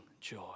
joy